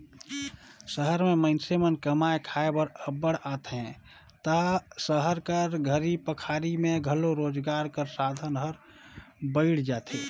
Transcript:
सहर में मइनसे मन कमाए खाए बर अब्बड़ आथें ता सहर कर घरी पखारी में घलो रोजगार कर साधन हर बइढ़ जाथे